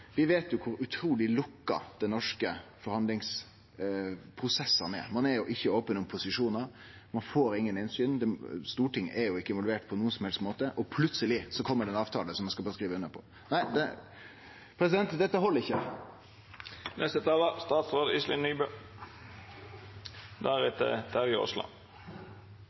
kor lukka dei norske forhandlingsprosessane er. Ein er ikkje open om posisjonar, vi får ikkje innsyn. Stortinget er ikkje involvert på nokon som helst måte, men plutseleg kjem det ein avtale ein berre skal skrive under på. – Nei, dette held ikkje! La meg først få takke komiteen for det